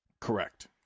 correct